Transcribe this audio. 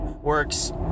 works